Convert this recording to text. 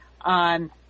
on